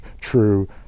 true